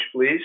please